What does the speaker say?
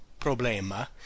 problema